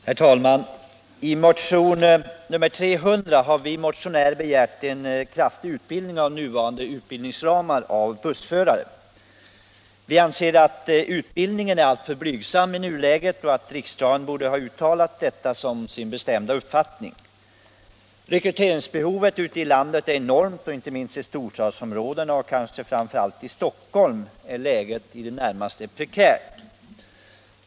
Herr talman! I motion nr 300 har jag tillsammans med några partikamrater begärt en kraftig utbyggnad av nuvarande ramar för utbildning av bussförare. Vi anser att utbildningen är alltför blygsam i nuläget och att riksdagen borde uttala detta som sin bestämda uppfattning. Rekryteringsbehovet ute i landet är enormt. Inte minst i storstadsområdena och kanske framför allt i Stockholm är läget i det närmaste prekärt.